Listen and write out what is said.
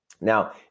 Now